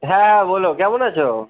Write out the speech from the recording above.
হ্যাঁ হ্যাঁ বলো কেমন আছো